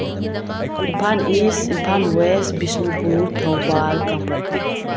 Imphal is Imphal was Bishnupur Thoubal Kangpokpi